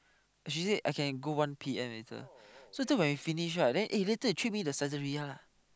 she say I can go one P_M later so later when we finish right then eh later you treat me the Saizeriya lah